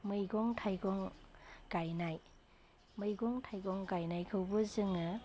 मैगं थाइगं गायनाय मैगं थाइगं गायनायखौबो जोङो